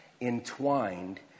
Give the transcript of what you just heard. entwined